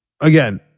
Again